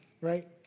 right